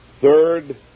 Third